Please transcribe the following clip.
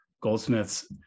Goldsmith's